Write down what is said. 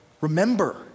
remember